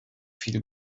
viel